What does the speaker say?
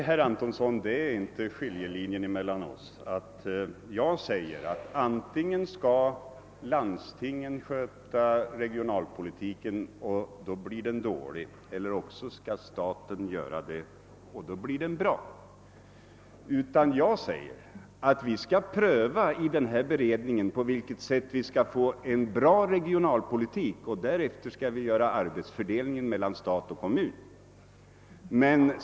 Herr talman! Nej, herr Antonsson, skiljelinjen mellan oss ligger inte i att jag säger att antingen skall landstingen sköta regionalpolitiken, och då blir den dålig, eller också skall staten göra det, och då blir den bra. Jag säger att vi i den här beredningen skall pröva på vilket sätt vi skall få en bra regionalpolitik och först därefter skall vi göra upp arbetsfördelningen mellan stat och kommun.